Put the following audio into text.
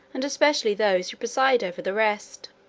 and especially those who presided over the rest.